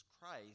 Christ